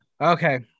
Okay